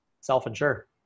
self-insure